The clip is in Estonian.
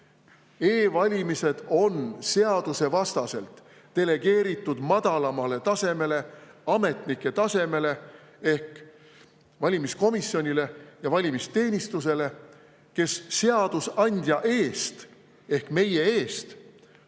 e-valimised on seadusevastaselt delegeeritud madalamale tasemele, ametnike tasemele ehk valimiskomisjonile ja valimisteenistusele, kes seadusandja eest ehk meie eest